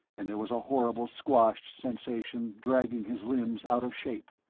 and there was a horrible squashed sensation dragging his limbs out of shape.